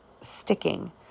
sticking